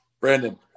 Brandon